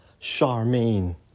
Charmaine